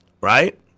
right